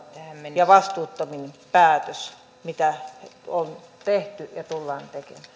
ja vastuuttomin päätös mitä on tehty ja tullaan